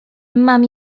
mam